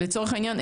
לצורך העניין,